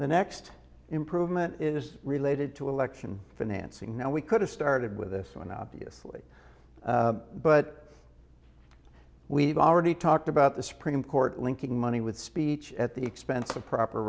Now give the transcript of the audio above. the next improvement is related to election financing now we could have started with this one obviously but we've already talked about the supreme court linking money with speech at the expense of proper